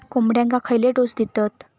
कोंबड्यांक खयले डोस दितत?